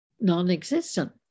non-existent